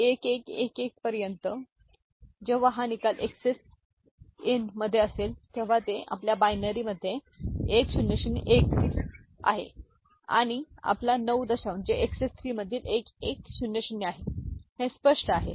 ११११ पर्यंत जेव्हा हा निकाल एक्सएस in मध्ये असेल तेव्हा ते आपल्या बायनरीमध्ये हे १००१ आहे आणि ते आपला 9 दशांश जे एक्सएस 3 मधील 1100 आहे हे स्पष्ट आहे